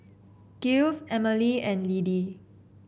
Giles Emilee and Lidie